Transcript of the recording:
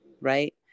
right